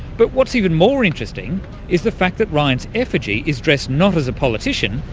but what's even more interesting is the fact that ryan's effigy is dressed not as a politician,